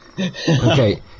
Okay